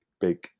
big